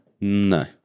No